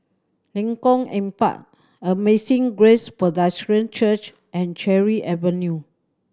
Lengkong Empat Amazing Grace Presbyterian Church and Cherry Avenue